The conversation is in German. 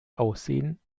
aussehen